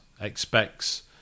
Expects